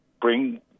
bring